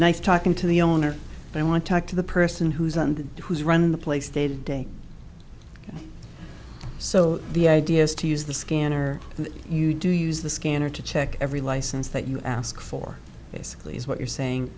nice talking to the owner and i want to talk to the person who's under who's running the place day to day so the idea is to use the scanner you do use the scanner to check every license that you ask for basically is what you're saying